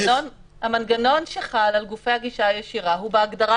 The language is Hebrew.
המנגנון שחל על גופי הגישה הישירה הוא בהגדרה